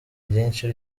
ryinshi